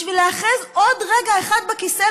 בשביל להיאחז עוד רגע אחד בכיסא,